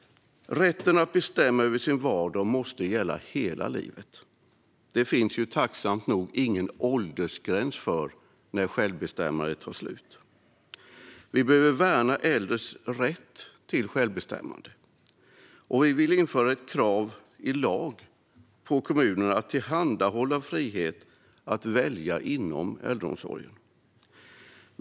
Rätten att bestämma över sin vardag måste gälla hela livet. Det finns, tacksamt nog, ingen åldersgräns för när självbestämmandet tar slut. Vi behöver värna äldres rätt till självbestämmande, och vi vill införa ett krav på kommunerna i lag om att de ska tillhandahålla frihet att välja inom äldreomsorgen.